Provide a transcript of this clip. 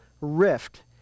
rift